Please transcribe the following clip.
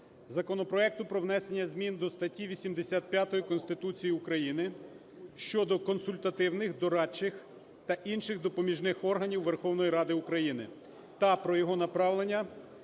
законопроекту про внесення змін до статті 85 Конституції України (щодо консультативних, дорадчих та інших допоміжних органів Верховної Ради України) та про його направлення